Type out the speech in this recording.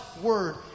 word